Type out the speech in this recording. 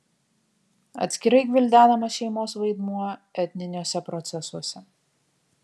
atskirai gvildenamas šeimos vaidmuo etniniuose procesuose